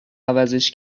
عوضش